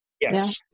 Yes